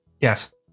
Yes